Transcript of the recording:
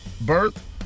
birth